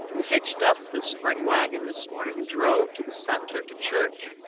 we hitched up the spring wagon this morning and drove to the centre to church.